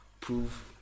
prove